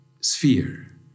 sphere